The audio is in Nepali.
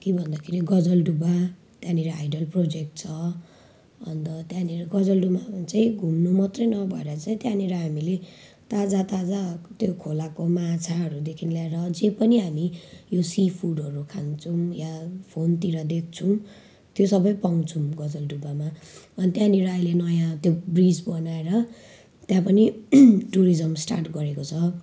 के भन्दाखेरि गजलडुबा त्यहाँनेर हाइडल प्रोजेक्ट छ अन्त त्यहाँनेर गजलडुबामा चाहिँ घुम्नु मात्रै नभएर चाहिँ त्यहाँनेर हामीले ताजा ताजा त्यो खोलाको माछाहरूदेखि लिएर जे पनि हामी यो सि फुडहरू खान्छौँ वा फोनतिर देख्छौँ त्यो सबै पाउँछौँ गजलडुबामा अनि त्यहाँनेर अहिले नयाँ त्यो ब्रिज बनाएर त्यहाँ पनि टुरिज्म स्टार्ट गरेको छ